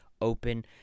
open